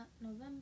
November